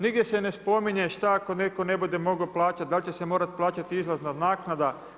Nigdje se ne spominje šta ako netko ne bude mogao plaćati, dal i će se morati plaćati izlazna naknada.